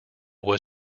was